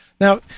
Now